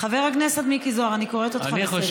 חבר הכנסת מיקי זוהר, אני קוראת אותך לסדר, מספיק.